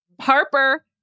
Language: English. Harper